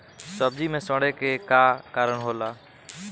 सब्जी में सड़े के का कारण होला?